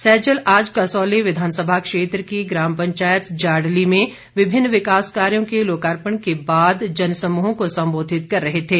सैजल आज कसौली विधानसभा क्षेत्र की ग्राम पंचायत जाडली में विभिन्न विकास कार्यो के लोकार्पण के बाद जन समूहों को संबोधित कर रहे थे